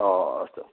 ओह् अस्तु